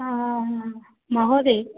महोदय